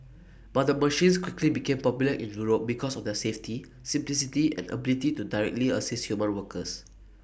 but the machines quickly became popular in Europe because of their safety simplicity and ability to directly assist human workers